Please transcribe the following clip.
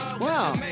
Wow